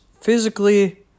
Physically